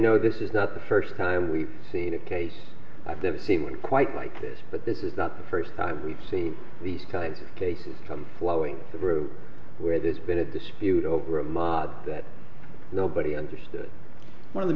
know this is not the first time we've seen a case i've never seen one quite like this but this is not the first time we've seen these kinds of cases come flowing through where there's been a dispute over a mob that nobody understood one of the